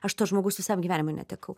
aš to žmogaus visam gyvenimui netekau